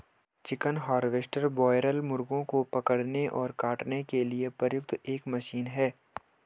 chicken harvester broiler मुर्गों को पकड़ने और काटने के लिए प्रयुक्त एक मशीन है